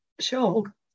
Sure